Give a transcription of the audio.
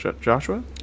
Joshua